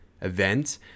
event